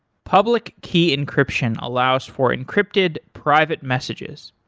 public key encryption allows for encrypted private messages.